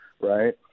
right